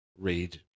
read